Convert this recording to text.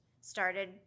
started